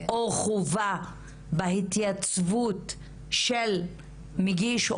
או חובה בהתייצבות של מגיש,